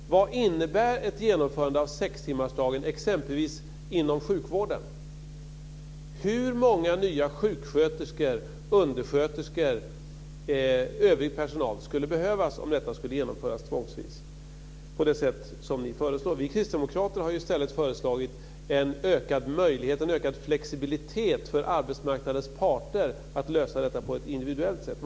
Vad innebär ett genomförande av sextimmarsdagen exempelvis inom sjukvården? skulle behövas om detta skulle genomföras tvångsvis på det sätt som ni föreslår? Vi kristdemokrater har i stället föreslagit en ökad flexibilitet, en ökad möjlighet för arbetsmarknadens parter att lösa detta på ett individuellt sätt.